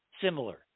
similar